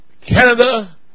Canada